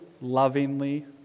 lovingly